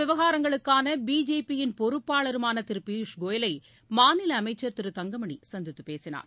விவகாரங்களுக்கான பிஜேபியின் தமிழக பொறப்பாளருமான திரு பியூஸ் கோயலை மாநில அமைச்சர் திரு தங்கமணி சந்தித்து பேசினார்